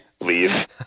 leave